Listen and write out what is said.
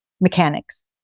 mechanics